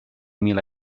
mil